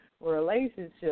relationship